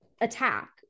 attack